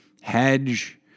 hedge